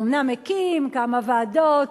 הוא אומנם הקים כמה ועדות,